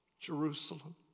Jerusalem